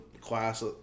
class